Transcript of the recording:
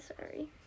sorry